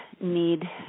need